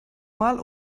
mal